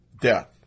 Death